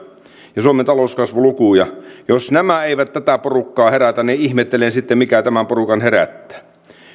ja suomen talouskasvulukuja eivät tätä porukkaa herätä niin ihmettelen sitten mikä tämän porukan herättää nyt